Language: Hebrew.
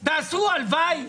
תעשו, הלוואי.